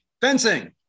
fencing